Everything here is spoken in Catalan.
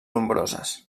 nombroses